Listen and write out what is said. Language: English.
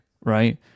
right